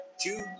two